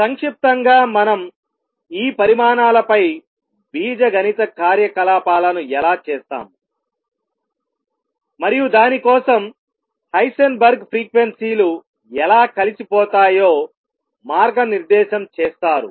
సంక్షిప్తంగా మనం ఈ పరిమాణాలపై బీజగణిత కార్యకలాపాలను ఎలా చేస్తాము మరియు దాని కోసం హైసెన్బర్గ్ ఫ్రీక్వెన్సీలు ఎలా కలిసిపోతాయో మార్గనిర్దేశం చేస్తారు